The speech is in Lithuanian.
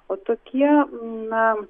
o tokie na